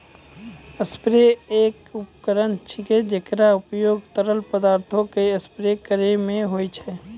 sprayer एक उपकरण छिकै, जेकरो उपयोग तरल पदार्थो क स्प्रे करै म होय छै